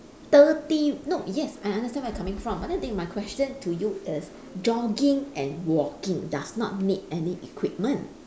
thirty no yes I understand where you're coming from but the thing my question to you is jogging and walking does not need any equipment